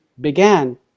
began